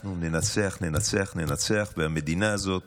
אנחנו ננצח ננצח ננצח, ובמדינה הזאת